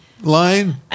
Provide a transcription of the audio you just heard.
line